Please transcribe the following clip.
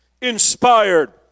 inspired